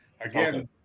again